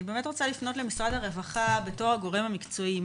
אני רוצה לפנות למשרד הרווחה בתור הגורם המקצועי.